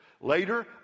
later